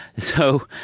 so,